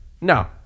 No